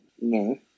No